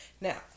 Now